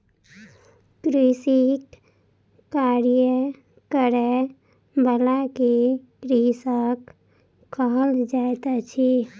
कृषिक कार्य करय बला के कृषक कहल जाइत अछि